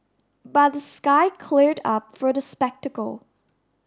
but the sky cleared up for the spectacle